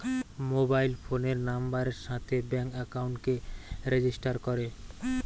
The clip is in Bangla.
মোবাইল ফোনের নাম্বারের সাথে ব্যাঙ্ক একাউন্টকে রেজিস্টার করে